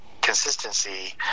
consistency